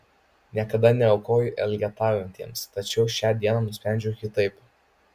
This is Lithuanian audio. niekada neaukoju elgetaujantiems tačiau šią dieną nusprendžiau kitaip